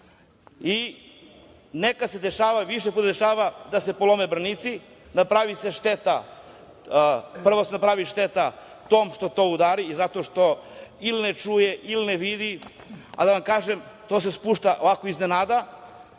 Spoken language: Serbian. Nekad se dešava, više puta se dešava da se polome branici. Napravi se šteta. Prvo se napravi šteta tom što to udari zato što ili ne čuje ili ne vidi. Da vam kažem, to se spušta onako iznenada.